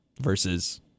versus